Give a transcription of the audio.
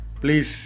Please